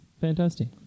fantastic